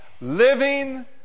Living